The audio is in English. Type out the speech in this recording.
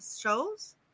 shows